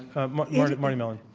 of mardi mardi mellon.